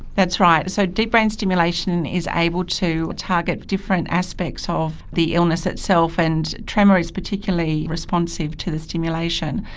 that's right, so deep brain stimulation is able to target different aspects ah of the illness itself, and tremor is particularly responsive to the stimulation.